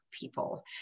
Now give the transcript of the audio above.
people